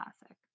Classic